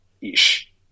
ish